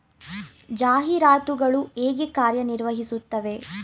ಜಾಹೀರಾತುಗಳು ಹೇಗೆ ಕಾರ್ಯ ನಿರ್ವಹಿಸುತ್ತವೆ?